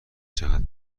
جهت